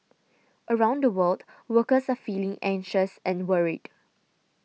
around the world workers are feeling anxious and worried